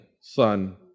son